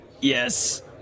Yes